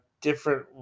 different